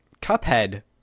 Cuphead